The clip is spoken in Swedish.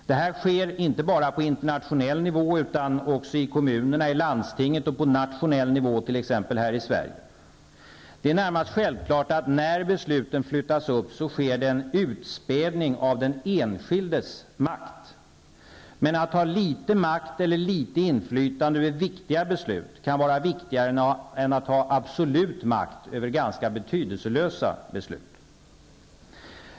Det här sker inte bara på internationell nivå utan också i kommuner och landsting, alltså på nationell nivå här i Sverige. Det är närmast självklart att när besluten flyttas upp sker det en utspädning av den enskildes makt. Men att ha litet makt eller litet inflytande över viktiga beslut kan vara väsentligare än att ha absolut makt över ganska betydelselösa beslut.